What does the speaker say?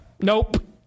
Nope